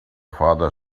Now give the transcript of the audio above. father